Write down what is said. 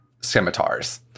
scimitars